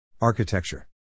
architecture